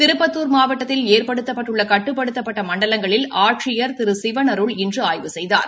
திருப்பத்தூர் மாவட்டத்தில் ஏற்படுத்தப்பட்டுள்ள கட்டுப்படுத்தபபட்ட மண்டலங்களில் ஆட்சியர் திரு சிவன் அருள் இன்று ஆய்வு செய்தார்